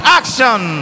action